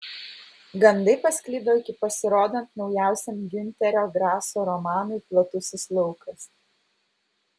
gandai pasklido iki pasirodant naujausiam giunterio graso romanui platusis laukas